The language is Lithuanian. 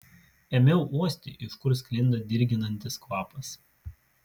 ėmiau uosti iš kur sklinda dirginantis kvapas